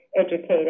educated